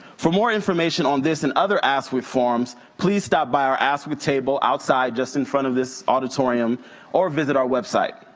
for more information on this and other askwith forums, please stop by our askwith table outside just in front of this auditorium or visit our website.